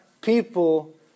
people